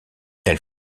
elle